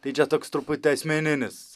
tai čia toks truputį asmeninis